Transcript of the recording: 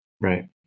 Right